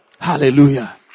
Hallelujah